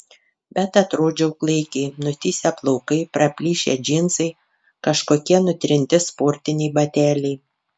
bet atrodžiau klaikiai nutįsę plaukai praplyšę džinsai kažkokie nutrinti sportiniai bateliai